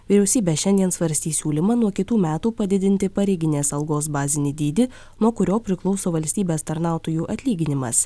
vyriausybė šiandien svarstys siūlymą nuo kitų metų padidinti pareiginės algos bazinį dydį nuo kurio priklauso valstybės tarnautojų atlyginimas